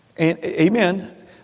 Amen